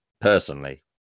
Personally